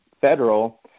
federal